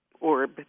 orb